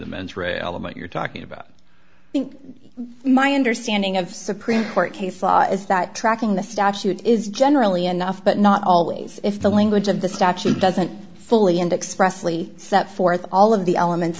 the mens rea element you're talking about think my understanding of supreme court case law is that tracking the statute is generally enough but not always if the language of the statute doesn't fully and expressly set forth all of the elements